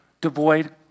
devoid